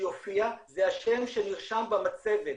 שיופיע זה השם שנרשם במצבת,